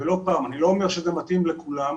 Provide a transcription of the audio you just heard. אני לא אומר שזה מתאים לכולם,